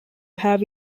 have